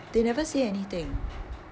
they never say anything